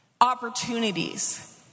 opportunities